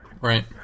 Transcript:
Right